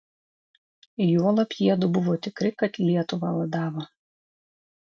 juolab jiedu buvo tikri kad lietuvą vadavo